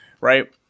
right